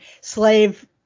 slave